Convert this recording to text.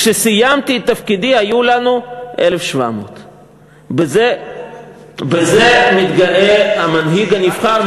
כשסיימתי את תפקידי היו לנו 1,700"; בזה מתגאה המנהיג הנבחר.